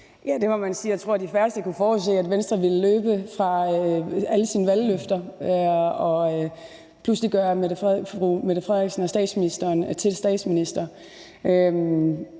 Jeg tror, det var de færreste, der kunne forudsige, at Venstre ville løbe fra alle sine valgløfter og pludselig gøre fru Mette Frederiksen til statsminister.